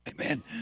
Amen